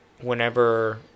whenever